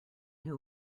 who